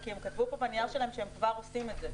כי הם כתבו פה בנייר שלהם שהם כבר עושים את זה.